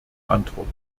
antwort